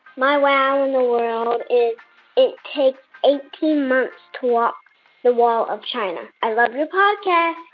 my wow in the world is it takes eighteen months to walk the wall of china. i love your podcast